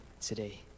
today